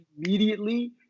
immediately